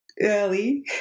early